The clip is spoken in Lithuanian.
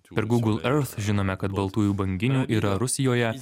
per google earth žinome kad baltųjų banginių yra rusijoje